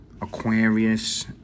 Aquarius